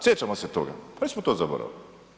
Sjećamo se toga, pa nismo to zaboravili.